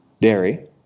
dairy